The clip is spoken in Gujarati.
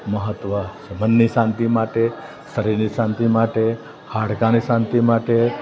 મહત્ત્વ છે મનની શાંતિ માટે શરીરની શાંતિ માટે હાડકાની શાંતિ માટે